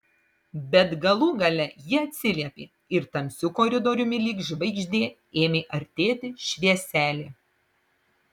bet galų gale ji atsiliepė ir tamsiu koridoriumi lyg žvaigždė ėmė artėti švieselė